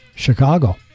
Chicago